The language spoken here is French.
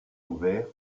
ouvert